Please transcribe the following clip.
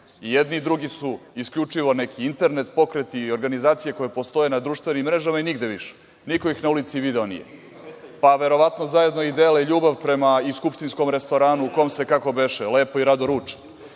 jedni i drugi su isključivo neki internet pokret i organizacije koje postoje na društvenim mrežama i nigde više. Niko ih na ulici video nije. Pa, verovatno i zajedno dele ljubav prema skupštinskom restoranu u kom se, kako beše, lepo i rado ruča.